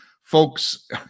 Folks